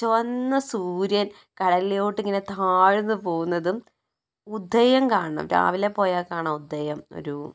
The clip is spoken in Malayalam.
ചുവന്ന സൂര്യൻ കടലിലോട്ട് ഇങ്ങനെ താഴ്ന്ന് പോവുന്നതും ഉദയം കാണണം രാവിലെപ്പോയാൽ കാണാം ഉദയം ഒരു